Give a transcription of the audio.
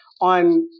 on